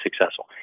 successful